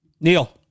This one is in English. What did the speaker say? Neil